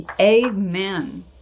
Amen